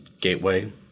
gateway